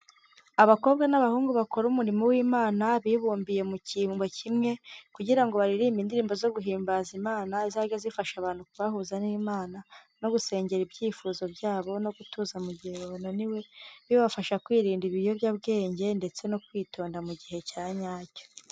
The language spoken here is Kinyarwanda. Abakobwa n'abahungu bakora umurimo w'Imana bibumbiye mu cyimbo kimwe kugira ngo baririmbe indirimbo zo guhimbaza Imana, zizajya zifasha abantu kubahuza n'Imana no gusengera ibyifuzo byabo no gutuza mu gihe bananiwe, bibafasha kwirinda ibiyobyabwenge ndetse no kwitonda mu gihe cya nyacyo.